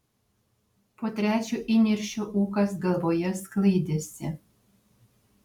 po trečio įniršio ūkas galvoje sklaidėsi